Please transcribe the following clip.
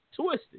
twisted